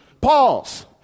Pause